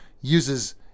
uses